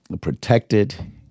protected